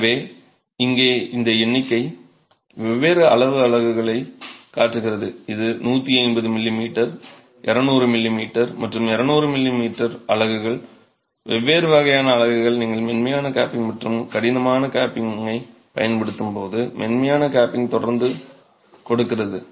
எனவே இங்கே இந்த எண்ணிக்கை வெவ்வேறு அளவு அலகுகளைக் காட்டுகிறது இது 150 மிமீ 200 மிமீ மற்றும் 200 மிமீ அலகுகள் வெவ்வேறு வகையான அலகுகள் நீங்கள் மென்மையான கேப்பிங் மற்றும் கடினமான கேப்பிங்கைப் பயன்படுத்தும் போது மென்மையான கேப்பிங் தொடர்ந்து கொடுக்கிறது